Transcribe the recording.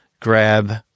grab